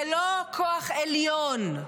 זה לא כוח עליון,